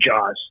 Jaws